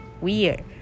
Weird